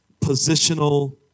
positional